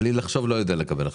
בלי לחשוב אני לא יודע לקבל החלטה.